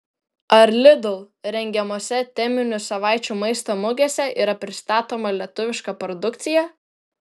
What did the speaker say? ar lidl rengiamose teminių savaičių maisto mugėse yra pristatoma lietuviška produkcija